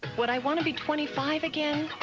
what, i want to be twenty five again?